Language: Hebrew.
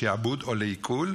לשעבוד או לעיקול,